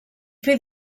fer